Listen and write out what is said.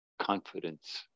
confidence